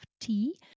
tea